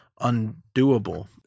undoable